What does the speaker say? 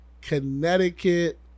Connecticut